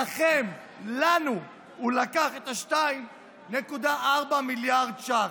לכם, לנו, הוא לקח את ה-2.4 מיליארד שקלים.